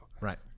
Right